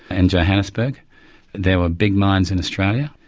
and johannesburg there were big mines in australia,